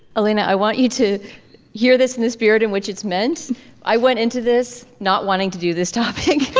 elina i want you to hear this in the spirit in which it's meant i went into this not wanting to do this topic